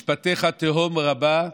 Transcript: "משפטך תהום רבה"